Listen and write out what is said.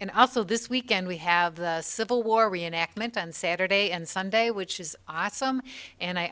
and also this weekend we have the civil war reenactment on saturday and sunday which is awesome and i